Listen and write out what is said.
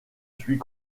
suis